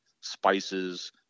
spices